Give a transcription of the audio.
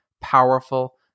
powerful